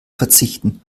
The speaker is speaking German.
verzichten